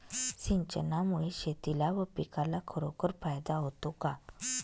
सिंचनामुळे शेतीला व पिकाला खरोखर फायदा होतो का?